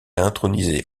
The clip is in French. intronisé